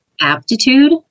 aptitude